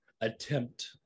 attempt